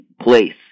place